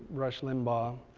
rush limbaugh.